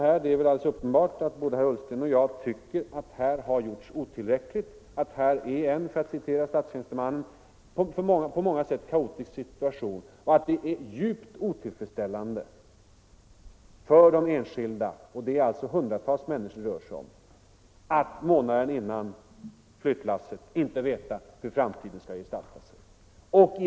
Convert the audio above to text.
Det är Måndagen den väl alldeles uppenbart att både herr Ullsten och jag tycker att det här 12 maj 1975 har gjorts otillräckligt, att det är en, för att citera Statstjänstemannen, = på många sätt ”kaotisk” situation och att det är djupt otillfredsställande Om omplaceringen för de enskilda — det är alltså hundratals människor det rör sig om -= avstatsanställd som att månaden innan flyttlasset skall gå inte veta hur framtiden skall gestalta — ej önskar medfölja sig.